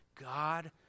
God